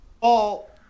Paul